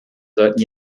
sollten